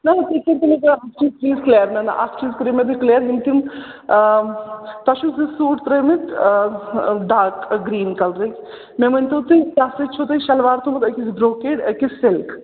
نَہ نَہ تُہۍ کٔرۍتو مےٚ چیٖز کٕلیر نَہ نَہ اَکھ چیٖز کٔرِو مےٚ تُہۍ کٕلیر یِم تِم تۄہہِ چھُو زٕ سوٗٹ ترٛٲمٕتۍ ڈارٕک گرٛیٖن کَلرٕکۍ مےٚ ؤنۍتو تُہۍ تَتھ سۭتۍ چھُو تۄہہِ شلوار تھوٚمُت أکِس برٛوکیڈ أکِس سِلک